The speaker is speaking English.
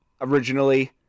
originally